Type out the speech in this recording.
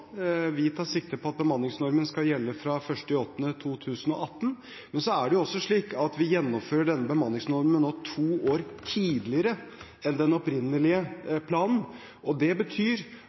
Vi tar sikte på at bemanningsnormen skal gjelde fra 1. august 2018. Men det er også slik at vi gjennomfører denne bemanningsnormen to år tidligere enn den opprinnelige planen. Det betyr